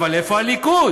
אבל איפה הליכוד?